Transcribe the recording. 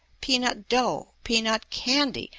peanut dough, peanut candy,